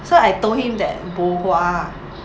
so I told him that bo hua